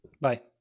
Bye